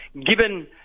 given